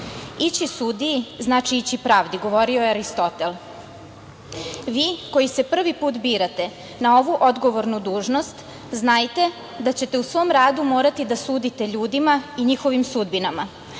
sudiji znači ići pravdi, govorio je Aristotel. Vi koji se prvi put birate na ovu odgovornu dužnost, znajte da ćete u svom radu morati da sudite ljudima i njihovim sudbinama.